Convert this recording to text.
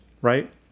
Right